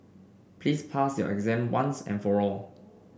please pass your exam once and for all